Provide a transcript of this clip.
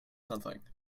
something